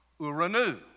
uranu